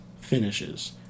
finishes